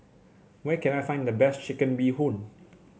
where can I find the best Chicken Bee Hoon